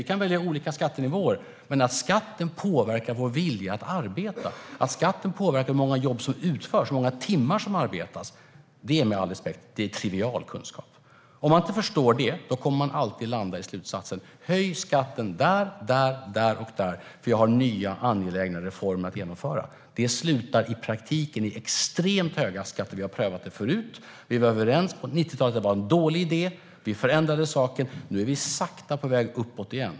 Vi kan välja olika skattenivåer, men att skatten påverkar vår vilja att arbeta, att skatten påverkar hur många jobb som utförs, hur många timmar som arbetas, är med all respekt trivial kunskap. Om man inte förstår det kommer man alltid att landa i slutsatsen: Höj skatten där, där, där och där, för jag har nya angelägna reformer att genomföra. Det slutar i praktiken i extremt höga skatter. Vi har prövat det förut. Vi var överens på 90-talet om att det var en dålig idé. Vi förändrade den saken. Nu är vi sakta på väg uppåt igen.